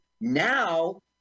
Now